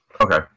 Okay